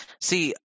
See